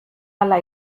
hala